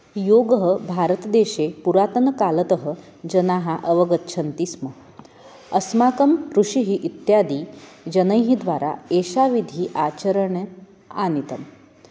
योगः भारतदेशे पुरातनकालतः जनाः अवगच्छन्ति स्म अस्माकं कृषिः इत्यादिजनैः द्वारा एषः विधिः आचरणे आनीतः